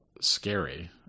scary